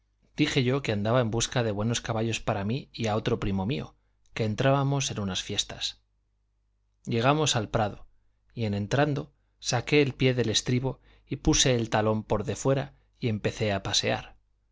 dije yo que andaba en busca de buenos caballos para mí y a otro primo mío que entrábamos en unas fiestas llegamos al prado y en entrando saqué el pie del estribo y puse el talón por defuera y empecé a pasear